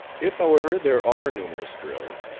if, however, there are numerous drills,